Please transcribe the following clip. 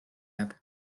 jääb